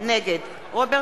נגד רוברט